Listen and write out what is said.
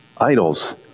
idols